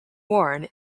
worn